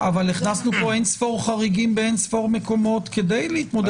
אבל הכנסנו פה אין-ספור חריגים באין-ספור מקומות כדי להתמודד.